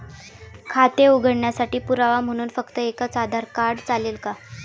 खाते उघडण्यासाठी पुरावा म्हणून फक्त एकच आधार कार्ड चालेल का?